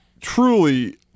truly